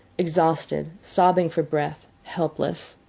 exhausted, sobbing for breath, helpless.